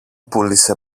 πούλησε